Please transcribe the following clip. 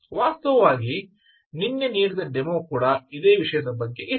ವಾಸ್ತವವಾಗಿ ನಿನ್ನೆ ನೀಡಿದ ಡೆಮೊ ಕೂಡ ಇದೇ ವಿಷಯದ ಬಗ್ಗೆ ಇತ್ತು